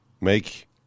Make